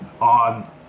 on